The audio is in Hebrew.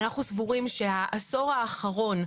אנחנו סבורים שהעשור האחרון,